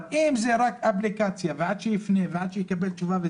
אבל אם זו רק אפליקציה ועד שיפנה ועד שיקבל תשובה,